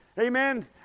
Amen